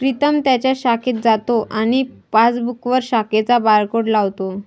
प्रीतम त्याच्या शाखेत जातो आणि पासबुकवर शाखेचा बारकोड लावतो